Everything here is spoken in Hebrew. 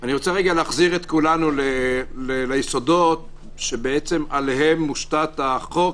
אני רוצה רגע להחזיר את כולנו ליסודות שעליהם מושתת החוק,